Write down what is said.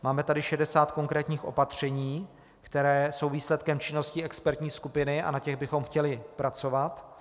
Máme tady 60 konkrétních opatření, která jsou výsledkem činnosti expertní skupiny, a na těch bychom chtěli pracovat.